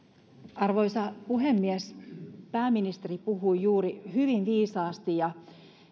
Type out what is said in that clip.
arvoisa puhemies pääministeri puhui juuri hyvin viisaasti ja